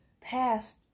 past